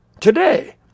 Today